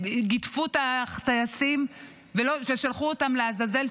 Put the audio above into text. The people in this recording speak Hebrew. שגידפו את הטייסים, ששלחו אותם לעזאזל.